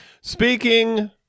Speaking